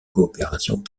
coopération